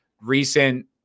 recent